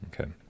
Okay